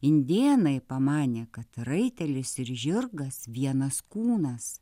indėnai pamanė kad raitelis ir žirgas vienas kūnas